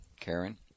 Karen